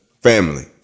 Family